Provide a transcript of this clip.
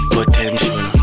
Potential